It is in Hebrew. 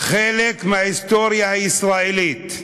חלק מההיסטוריה הישראלית.